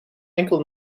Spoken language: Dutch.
enkel